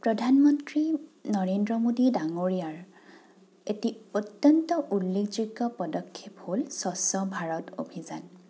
প্ৰধান মন্ত্ৰী নৰেন্দ্ৰ মোডী ডাঙৰীয়াৰ এটি অত্যন্ত উল্লেখযোগ্য পদক্ষেপ হ'ল স্বচ্ছ ভাৰত অভিযান